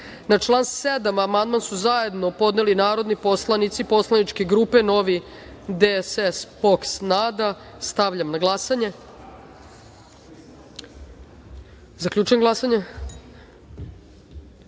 član 7. amandman su zajedno podneli narodni poslanici poslaničke grupe Novi DSS i POKS i NADA stavljam na glasanje. Zaključujem glasanje: